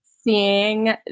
seeing